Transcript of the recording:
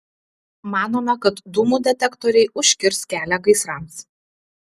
manome kad dūmų detektoriai užkirs kelią gaisrams